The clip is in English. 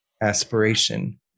aspiration